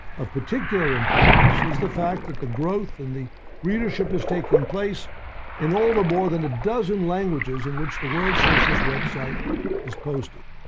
of particular importance is the fact that the growth and the readership is taking place in all the more than a dozen languages in which the world socialist web site is posted.